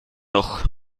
noch